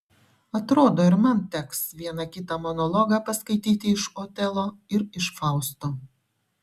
atrodo ir man ten teks vieną kitą monologą paskaityti iš otelo ir iš fausto